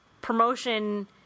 promotion